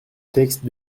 texte